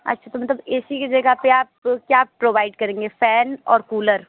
अच्छा तो मतलब ए सी की जगह पर आप क्या प्रोवाइड करेंगे फैन और कूलर